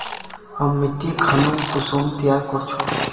हम मिट्टी खानोक कुंसम तैयार कर छी?